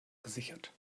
gesichert